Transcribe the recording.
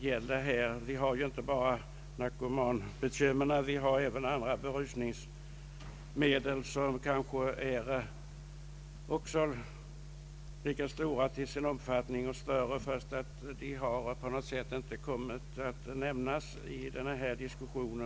Vi har ju inte bara narkotikabekymmer, Det finns även andra berusningsmedel som kan vålla lika stora och till och med större problem, även om dessa medel inte kommit att beröras så mycket i denna diskussion.